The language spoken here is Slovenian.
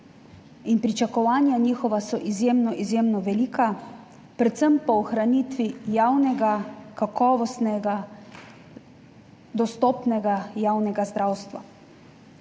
in pričakovanja njihova so izjemno, izjemno velika, predvsem po ohranitvi javnega, kakovostnega, dostopnega, javnega zdravstva.